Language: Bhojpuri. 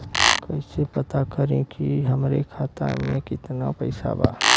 कइसे पता करि कि हमरे खाता मे कितना पैसा बा?